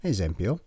Esempio